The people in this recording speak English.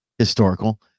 historical